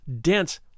dense